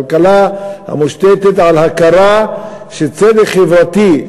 כלכלה המושתתת על הכרה של צדק חברתי,